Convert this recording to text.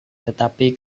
tetapi